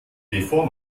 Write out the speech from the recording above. bevor